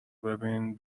ببین